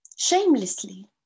Shamelessly